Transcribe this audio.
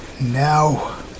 Now